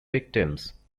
victims